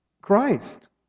Christ